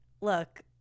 look